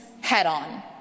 head-on